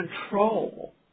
control